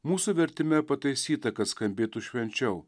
mūsų vertime pataisyta kad skambėtų švenčiau